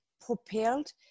propelled